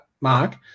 mark